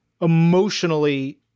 emotionally